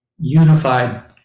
unified